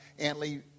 Antley